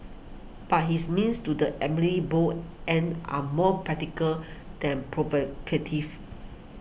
but his means to the bold end are more practical than provocative